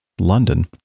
London